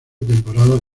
temporada